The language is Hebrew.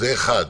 זה דבר אחד.